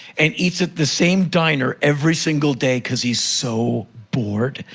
and eats at the same diner every single day cause he's so bored.